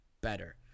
better